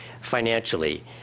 financially